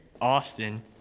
Austin